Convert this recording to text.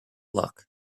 luck